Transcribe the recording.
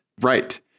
Right